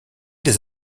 des